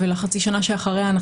בחצי שנה שאחרי אנחנו